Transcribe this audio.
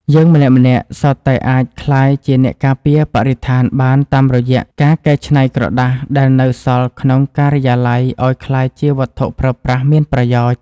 យើងម្នាក់ៗសុទ្ធតែអាចក្លាយជាអ្នកការពារបរិស្ថានបានតាមរយៈការកែច្នៃក្រដាសដែលនៅសល់ក្នុងការិយាល័យឱ្យក្លាយជាវត្ថុប្រើប្រាស់មានប្រយោជន៍។